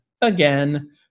again